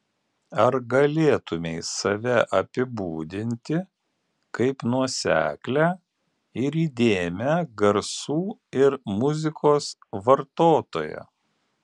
ar galėtumei save apibūdinti kaip nuoseklią ir įdėmią garsų ir muzikos vartotoją